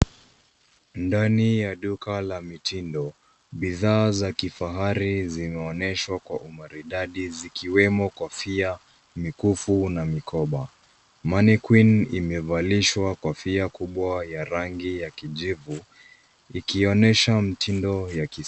Ndani ya duka la mitindo, bidhaa za kifahari zinaonyeshwa kwa umaridadi zikiwemo kofia, mikufu, na mikoba. Mannequinne imevalishwa kofia kubwa ya rangi ya kijivu ikionyesha mtindo ya kisasa.